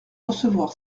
recevoir